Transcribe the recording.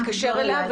הקרובות.